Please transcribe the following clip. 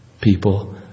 people